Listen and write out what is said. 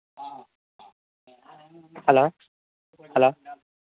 hello hello